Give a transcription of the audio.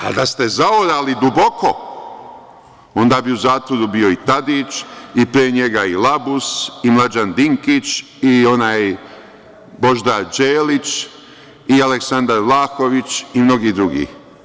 A da ste zaorali duboko, onda bi u zatvoru bio i Tadić i pre njega Labus i Mlađan Dinkić i onaj Božidar Đelić i Aleksandar Vlahović i mnogi drugi.